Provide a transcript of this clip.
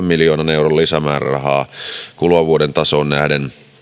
miljoonan euron lisämäärärahaa kuluvan vuoden tasoon nähden